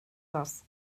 das